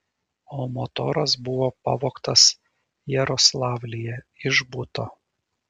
o motoras buvo pavogtas jaroslavlyje iš buto